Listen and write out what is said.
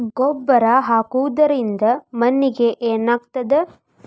ಗೊಬ್ಬರ ಹಾಕುವುದರಿಂದ ಮಣ್ಣಿಗೆ ಏನಾಗ್ತದ?